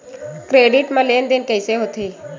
Credit मा लेन देन कइसे होथे?